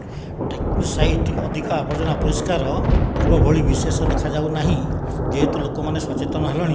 trekking site ଅଧିକ ଆବର୍ଜନା ଅପରିଷ୍କାର ପୂର୍ବ ଭଳି ବିଶେଷ ଦେଖା ଯାଉନାହିଁ ଯେହେତୁ ଲୋକମାନେ ସଚେତନ ହେଲେଣି